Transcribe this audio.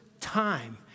time